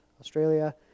Australia